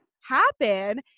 happen